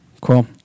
Cool